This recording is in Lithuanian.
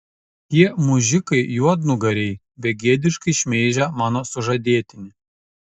tie mužikai juodnugariai begėdiškai šmeižia mano sužadėtinį